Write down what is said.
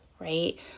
right